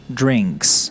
drinks